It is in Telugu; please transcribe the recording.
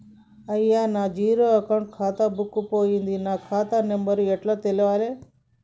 అయ్యా నా జీరో అకౌంట్ ఖాతా బుక్కు పోయింది నా ఖాతా నెంబరు ఎట్ల తెలవాలే?